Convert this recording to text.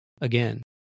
again